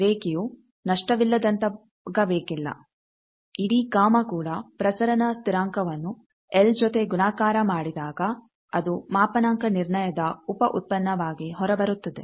ರೇಖೆಯು ನಷ್ಟವಿಲ್ಲದಂತಾಗಬೇಕಿಲ್ಲ ಇಡೀ ಗಾಮಾγ ಕೂಡ ಪ್ರಸರಣ ಸ್ಥಿರಾಂಕವನ್ನು ಎಲ್ ಜೊತೆ ಗುಣಾಕಾರ ಮಾಡಿದಾಗ ಅದು ಮಾಪನಾಂಕ ನಿರ್ಣಯದ ಉಪ ಉತ್ಪನ್ನವಾಗಿ ಹೊರಬರುತ್ತದೆ